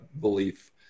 belief